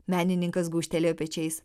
menininkas gūžtelėjo pečiais